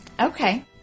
Okay